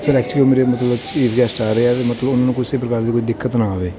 sir actually ਉਹ ਮੇਰੇ ਮਤਲਵ ਚੀਫ਼ ਗੈਸਟ ਆ ਰਹੇ ਹੈ ਵੀ ਮਤਲਬ ਉਹਨਾਂ ਨੂੰ ਕਿਸੇ ਪ੍ਰਕਾਰ ਦੀ ਕੋਈ ਦਿੱਕਤ ਨਾ ਆਵੇ